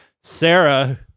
Sarah